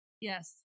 Yes